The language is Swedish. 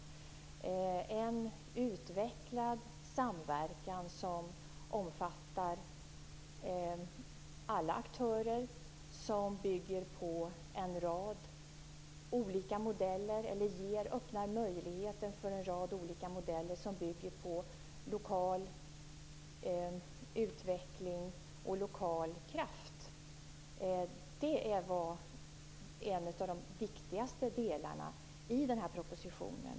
Det gäller en utvecklad samverkan som omfattar alla aktörer och som bygger på, eller öppnar möjligheter för, en rad olika modeller för lokal utveckling och lokal kraft. Det är en av de viktigaste delarna i den här propositionen.